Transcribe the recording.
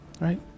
right